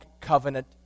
covenant